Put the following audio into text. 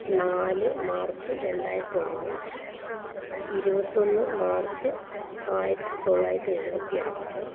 നാല് മാർച്ച് രണ്ടായിരത്തൊന്ന് ഇരുപത്തൊന്ന് മാർച്ച് ആയിരത്തി തൊള്ളായിരത്തി എഴുപത്തി ആറ്